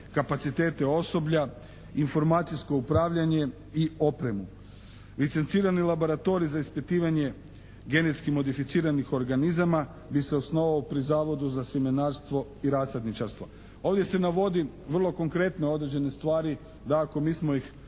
kapacitete osoblja, informacijsko upravljanje i opremu. Licencirani laboratorij za ispitivanje genetski modificiranih organizama bi se osnovao pri Zavodu za sjemenarstvo i rasadničarstvo. Ovdje se navodi vrlo konkretno određene stvari. Dakako, mi smo ih